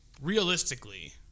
realistically